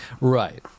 Right